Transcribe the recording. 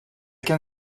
can